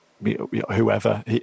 whoever